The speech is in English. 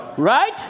Right